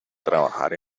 trabajar